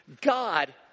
God